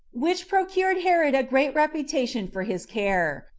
which procured herod a great reputation for his care.